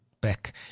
back